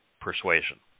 persuasion